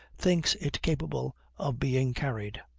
thinks it capable of being carried.